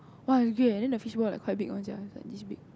!wah! it's great then the fish ball like quite big one sia like this big